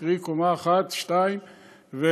קרי קומה אחת או שתי קומות.